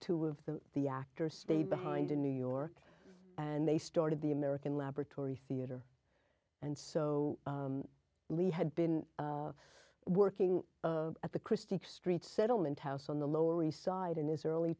two of the the actors stayed behind in new york and they started the american laboratory theater and so lee had been working at the christic street settlement house on the lower east side in his early